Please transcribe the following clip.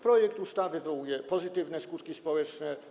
Projekt ustawy wywołuje pozytywne skutki społeczne.